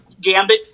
Gambit